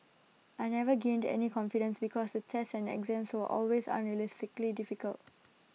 I never gained any confidence because the tests and exams were always unrealistically difficult